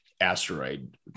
Asteroid